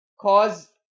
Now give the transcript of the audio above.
cause